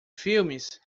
filmes